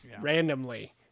randomly